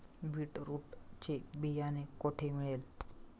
Beetroot चे बियाणे कोठे मिळेल?